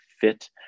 fit